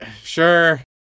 Sure